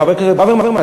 חבר הכנסת ברוורמן,